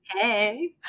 Hey